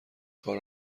کار